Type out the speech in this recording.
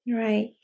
right